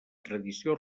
tradició